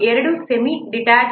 2 semi ಡಿಟ್ಯಾಚ್ಡ್ಗೆ 3